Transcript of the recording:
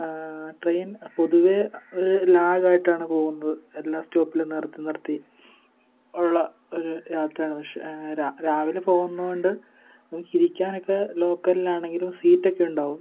train പൊതുവെ ഒരു ലാഗായിട്ടാണ് പോകുന്നത് എല്ലാ സ്റ്റോപ്പിലും നിർത്തി നിർത്തി ഉള്ള ഒരു യാത്രയാണ് പക്ഷേ രാവിലെ പോകുന്നത് കൊണ്ട് ഇരിക്കാനൊക്കെ ലോക്കലിലാണെങ്കിലും സീറ്റൊക്കെ ഉണ്ടാകും